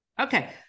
Okay